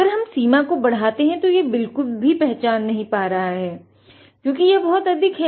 अगर हम सीमा को बढ़ाते हैं तो यह बिलकुल भी पहचान नही पा रहा है क्योंकि यह बहुत अधिक है